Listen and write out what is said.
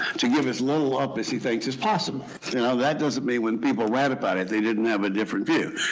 to give as little up as he thinks is possible you know that doesn't mean when people ratified it they didn't have a different view.